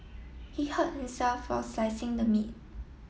he hurt himself while slicing the meat